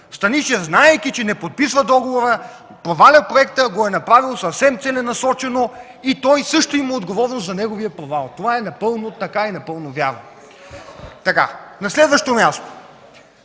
Станишев, знаейки че не подписва договора, проваля проекта и го е направил съвсем целенасочено. И той също има отговорност за неговия провал. Това е напълно така и е напълно вярно. На следващо място